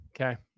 Okay